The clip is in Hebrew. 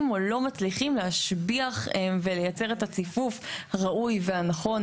או לא מצליחים להשביע ולייצר את הציפוף הנכון